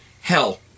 Hell